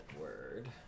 word